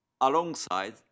alongside